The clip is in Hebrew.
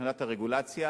מבחינת הרגולציה,